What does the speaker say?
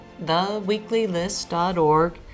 theweeklylist.org